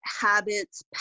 habits